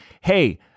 hey